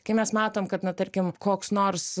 kai mes matom kad na tarkim koks nors